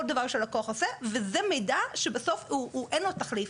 דבר שהלקוח עושה וזה מידע שבסוף הוא אין לו תחליף.